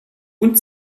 und